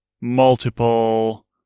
multiple